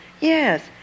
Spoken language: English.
yes